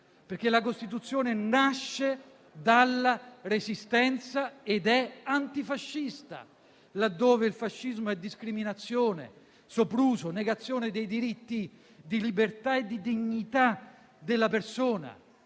Perché la Costituzione nasce dalla Resistenza ed è antifascista, laddove il fascismo è discriminazione, sopruso, negazione dei diritti di libertà e di dignità della persona.